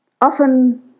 often